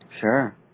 sure